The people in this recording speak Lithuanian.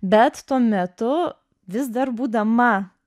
bet tuo metu vis dar būdama